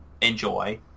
enjoy